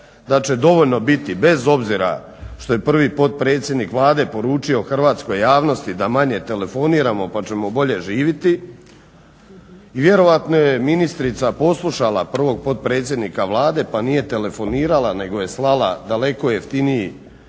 da će dovoljno biti bez obzira što je prvi potpredsjednik Vlade poručio hrvatskoj javnosti da manje telefoniramo pa ćemo bolje živjeti. Vjerojatno je ministrica poslušala prvog potpredsjednika Vlade, pa nije telefonirala, nego je slala daleko jeftiniji